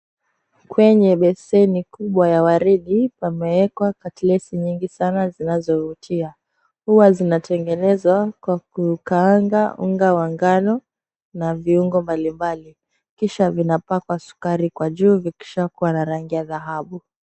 Kwenye beseni kubwa ya waridi pameekwa katlesi nyingi sana zinazovutia. Huwa zinatengenezwa kwa kukaanga unga wa ngano na viungo mbalimbali. Kisha vinapakwa sukari kwa juu vikishakuwa na rangi ya dhahabu.